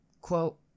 quote